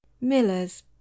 millers